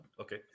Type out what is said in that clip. Okay